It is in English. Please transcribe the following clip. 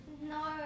No